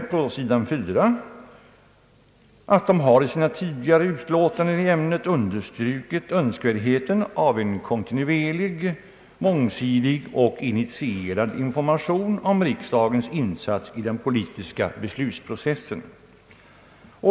4 i sitt utlåtande att det »har i sina tidigare utlåtanden i ämnet understrukit önskvärdheten av en kontinuerlig, mångsidig och initierad information om riksdagens insats i den politiska beslutsprocessen».